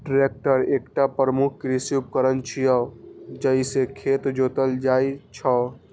tractor एकटा प्रमुख कृषि उपकरण छियै, जइसे खेत जोतल जाइ छै